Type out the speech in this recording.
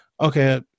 okay